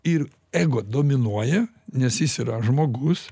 ir jeigu dominuoja nes jis yra žmogus